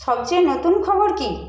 সবচেয়ে নতুন খবর কী